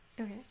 Okay